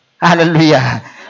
Hallelujah